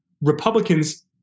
Republicans